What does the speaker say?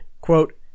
quote